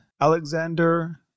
Alexander